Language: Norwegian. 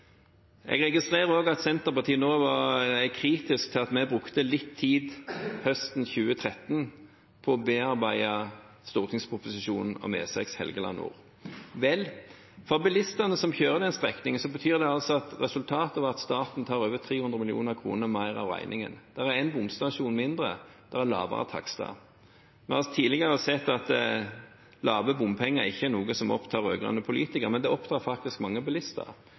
Jeg registrerer også at Senterpartiet nå er kritisk til at vi brukte litt tid høsten 2013 på å bearbeide stortingsproposisjonen om E6 Helgeland nord. Vel, for bilistene som kjører den strekningen, er resultatet at staten tar over 300 mill. kr mer av regningen. Det er en bomstasjon mindre, det er lavere takster. Vi har tidligere sett at lave bompenger ikke er noe som opptar rød-grønne politikere, men det opptar faktisk mange bilister.